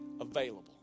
available